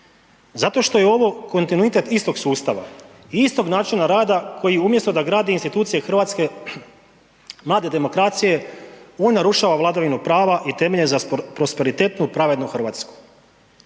Zato što je ovo kontinuitet istog sustava i istog načina rada koji umjesto da gradi institucije Hrvatske mlade demokracije on narušava vladavinu prava i temelje za prosperitetnu pravednu Hrvatsku.